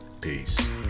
Peace